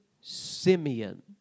Simeon